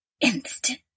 instant